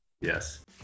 Yes